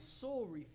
soul